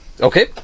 Okay